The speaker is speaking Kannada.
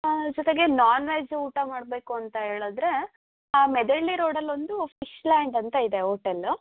ಹಾಂ ಜೊತೆಗೆ ನಾನ್ ವೆಜ್ ಊಟ ಮಾಡಬೇಕು ಅಂತ ಹೇಳದ್ರೆ ಮೆದಹಳ್ಳಿ ರೋಡಲ್ಲಿ ಒಂದು ಫಿಶ್ಲ್ಯಾಂಡ್ ಅಂತ ಇದೆ ಓಟೆಲ್ಲು